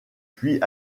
puis